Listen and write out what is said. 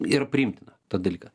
yra priimtina tas dalykas